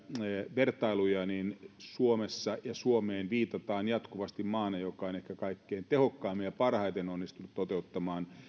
vertailuja niin suomeen viitataan jatkuvasti maana joka on ehkä kaikkein tehokkaimmin ja parhaiten onnistunut toteuttamaan